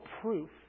proof